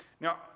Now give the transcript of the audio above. Now